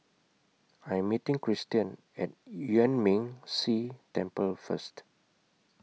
I'm meeting Cristian At Yuan Ming Si Temple First